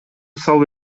салуу